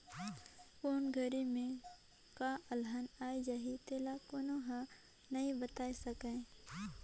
कोन घरी में का अलहन आ जाही तेला कोनो हर नइ बता सकय